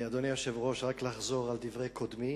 אדוני היושב-ראש, רק לחזור על דברי קודמי,